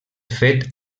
fet